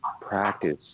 practice